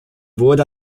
wurde